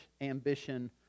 ambition